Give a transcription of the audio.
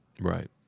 Right